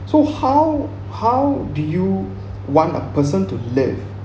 so how how do you want a person to live